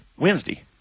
Wednesday